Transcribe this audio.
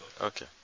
Okay